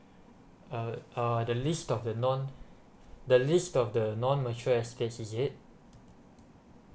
uh uh the list of the non the list of the non mature estates is it